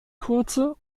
kurze